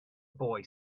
boy